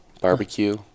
Barbecue